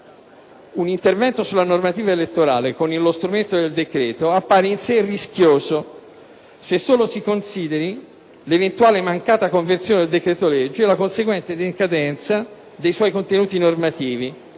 un intervento sulla normativa elettorale con questo strumento appare in sé rischioso, se solo si considera che la eventuale mancata conversione del decreto-legge, e la conseguente decadenza dei suoi contenuti normativi,